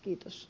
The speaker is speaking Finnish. kiitos